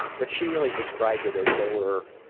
but she really described it as they were.